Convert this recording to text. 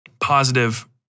positive